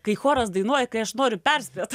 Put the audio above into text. kai choras dainuoja kai aš noriu perspėt